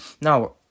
now